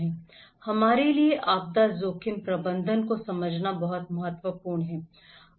हमारे लिए आपदा जोखिम प्रबंधन को समझना बहुत महत्वपूर्ण है